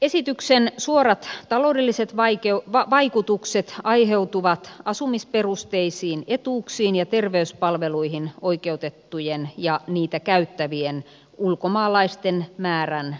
esityksen suorat taloudelliset vaikutukset aiheutuvat asumisperusteisiin etuuksiin ja terveyspalveluihin oikeutettujen ja niitä käyttävien ulkomaalaisten määrän lisääntymisestä